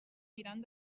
mirant